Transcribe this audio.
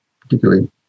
particularly